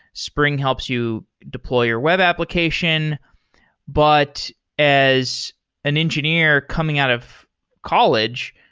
spring helps you deploy your web application but as an engineer coming out of college,